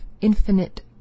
infinite